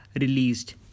released